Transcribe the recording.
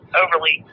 overly